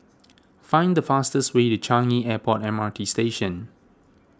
find the fastest way to Changi Airport M R T Station